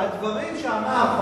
הדברים שאמר חבר הכנסת,